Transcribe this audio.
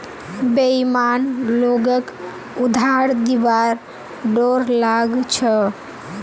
बेईमान लोगक उधार दिबार डोर लाग छ